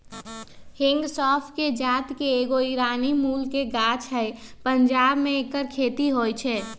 हिंग सौफ़ कें जात के एगो ईरानी मूल के गाछ हइ पंजाब में ऐकर खेती होई छै